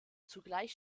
zugleich